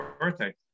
birthday